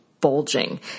bulging